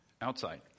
outside